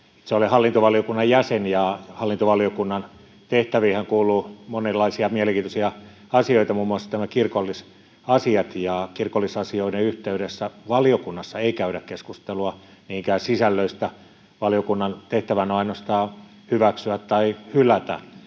Itse olen hallintovaliokunnan jäsen, ja hallintovaliokunnan tehtäviinhän kuuluu monenlaisia mielenkiintoisia asioita, muun muassa nämä kirkollisasiat. Kirkollisasioiden yhteydessä valiokunnassa ei käydä keskustelua niinkään sisällöistä; valiokunnan tehtävänä on ainoastaan hyväksyä tai hylätä